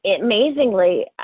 amazingly